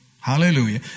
Hallelujah